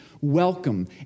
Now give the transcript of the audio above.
welcome